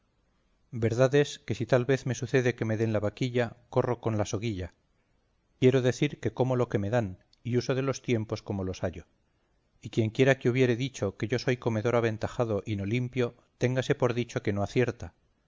verdad es que si tal vez me sucede que me den la vaquilla corro con la soguilla quiero decir que como lo que me dan y uso de los tiempos como los hallo y quienquiera que hubiere dicho que yo soy comedor aventajado y no limpio téngase por dicho que no acierta